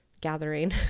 gathering